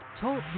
Talk